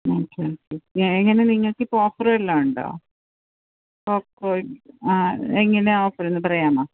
okay okay എങ്ങനെ നിങ്ങള്ക്കിപ്പോള് offer വല്ലതുമുണ്ടോ പോക്കോ ആ എങ്ങനെയാണ് ഓഫറൊന്ന് പറയാമോ